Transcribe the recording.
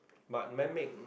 but men make